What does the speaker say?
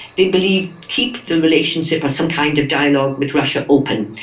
they believe keep the relationship or some kind of dialogue with russia open.